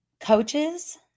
Coaches